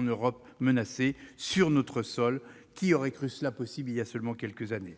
Europe qui est menacé ! Sur notre sol ! Qui aurait cru cela possible il y a seulement quelques années ?